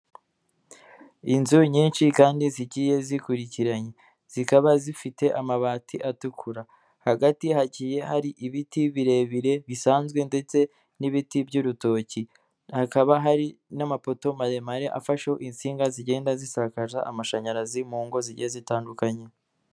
Inzu nyinshi kandi zigiye zikurikiranye, zikaba zifite amabati atukura, hagati hagiye hari ibiti birebire bisanzwe ndetse n'ibiti by'urutoki, hakaba hari n'amapoto maremare afasheho insinga zigenda zisakaza amashanyarazi mu ngo zigiye zitandukanye.